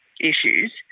issues